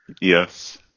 Yes